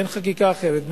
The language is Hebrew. ואין חקיקה אחרת,